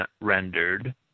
rendered